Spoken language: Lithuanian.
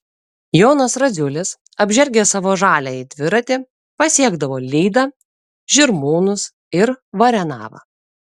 jonas radziulis apžergęs savo žaliąjį dviratį pasiekdavo lydą žirmūnus ir varenavą